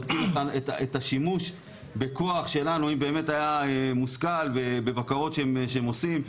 בודקים את השימוש בכוח שלנו אם באמת היה מושכל בבקרות שהם עושים.